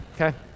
okay